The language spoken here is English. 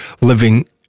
living